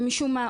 ומשום מה,